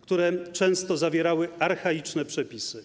które często zawierały archaiczne przepisy.